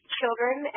children